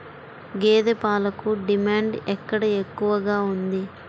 గేదె పాలకు డిమాండ్ ఎక్కడ ఎక్కువగా ఉంది?